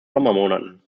sommermonaten